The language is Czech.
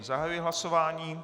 Zahajuji hlasování.